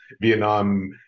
Vietnam